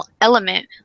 element